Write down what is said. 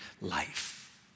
life